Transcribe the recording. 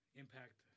impact